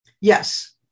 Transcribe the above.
Yes